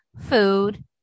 food